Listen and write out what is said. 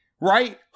right